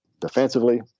defensively